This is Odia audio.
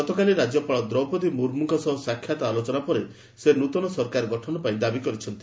ଗତକାଳି ରାଜ୍ୟପାଳ ଦ୍ରୌପଦୀ ମୁର୍ମୁଙ୍କ ସହ ସାକ୍ଷାତ ଆଲୋଚନା ପରେ ସେ ନୃତନ ସରକାର ଗଠନ ପାଇଁ ଦାବି କରିଛନ୍ତି